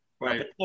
Right